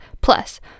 Plus